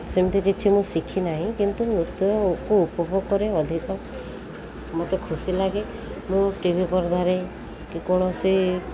ସେମିତି କିଛି ମୁଁ ଶିଖିନାହିଁ କିନ୍ତୁ ନୃତ୍ୟକୁ ଉପଭୋଗ କରେ ଅଧିକ ମୋତେ ଖୁସି ଲାଗେ ମୁଁ ଟି ଭି ପର୍ଦ୍ଦାରେ କି କୌଣସି